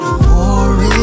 more